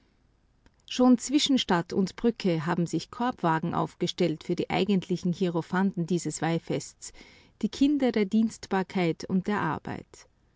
schon zwischen stadt und brücke haben sich korbwagen aufgestellt für die eigentlichen hierophanten dieses weihfestes die kinder der dienstbarkeit und der arbeit